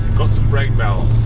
rain mel